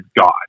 God